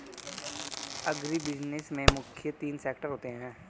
agribusiness में मुख्य तीन सेक्टर होते है